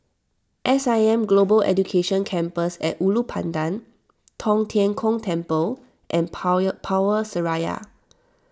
S I M Global Education Campus at Ulu Pandan Tong Tien Kung Temple and Power Seraya